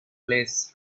less